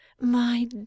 My